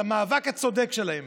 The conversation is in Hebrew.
על המאבק הצודק שלהם